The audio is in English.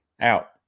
out